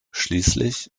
schließlich